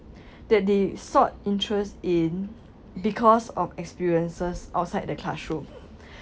that they sought interest in because of experiences outside the classroom